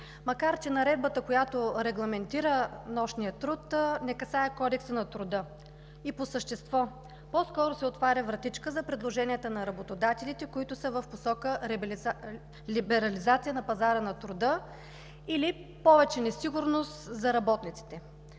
макар че Наредбата, която регламентира нощния труд, не касае Кодекса на труда. По същество, по-скоро се отваря вратичка за предложения на работодателите, които са в посока либерализация на пазара на труда или повече несигурност за работниците.